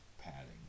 padding